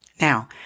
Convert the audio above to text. Now